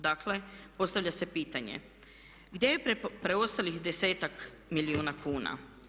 Dakle, postavlja se pitanje gdje je preostalih desetak milijuna kuna?